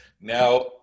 Now